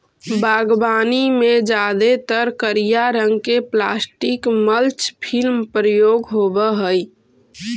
बागवानी में जादेतर करिया रंग के प्लास्टिक मल्च फिल्म प्रयोग होवऽ हई